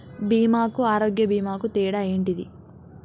బీమా కు ఆరోగ్య బీమా కు తేడా ఏంటిది?